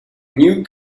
new